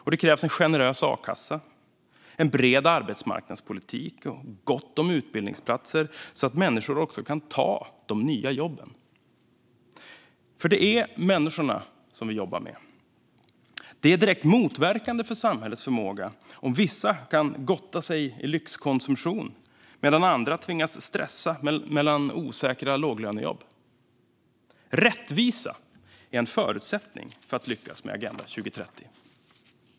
Det krävs också en generös a-kassa, en bred arbetsmarknadspolitik och gott om utbildningsplatser, så att människor kan ta de nya jobben - för det är människorna som vi jobbar med. Det är direkt motverkande för samhällets förmåga om vissa kan gotta sig i lyxkonsumtion medan andra tvingas stressa mellan osäkra låglönejobb. Rättvisa är en förutsättning för att lyckas med Agenda 2030.